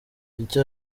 icyo